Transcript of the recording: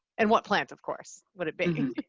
and what plant of course would it be?